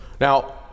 Now